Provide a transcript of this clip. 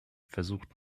versuchten